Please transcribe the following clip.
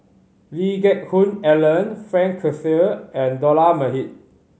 Lee Geck Hoon Ellen Frank Cloutier and Dollah Majid